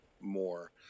more